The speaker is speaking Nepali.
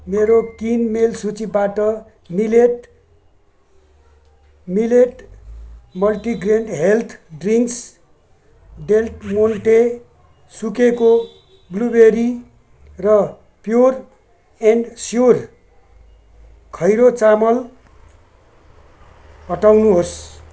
मेरो किनमेल सूचीबाट millet millet multigrain health drinks Del Monte सुकेको ब्लुबेरी र प्योर एन्ड स्योर खैरो चामल हटाउनुहोस्